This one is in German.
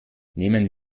nehmen